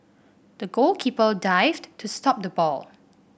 the goalkeeper dived to stop the ball